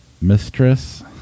Mistress